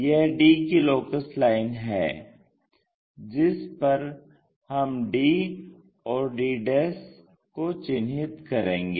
यह d की locus line है जिस पर हम d और d को चिन्हित करेंगे